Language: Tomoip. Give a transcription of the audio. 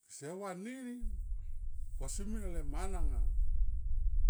Seva nini pua si min re mana nga, ao